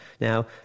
Now